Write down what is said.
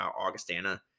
Augustana